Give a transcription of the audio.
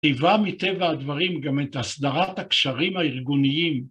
היווה מטבע הדברים גם את הסדרת הקשרים הארגוניים.